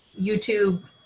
YouTube